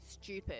stupid